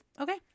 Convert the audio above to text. Okay